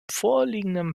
vorliegenden